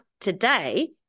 today